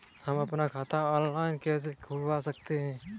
हम अपना खाता ऑनलाइन कैसे खुलवा सकते हैं?